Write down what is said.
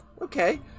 okay